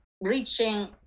reaching